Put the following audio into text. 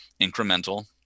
incremental